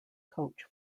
coach